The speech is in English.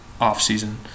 off-season